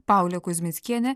paulė kuzmickienė